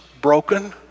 broken